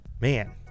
Man